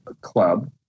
Club